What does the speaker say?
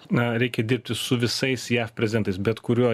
na reikia dirbti su visais jav prezidentas bet kuriuo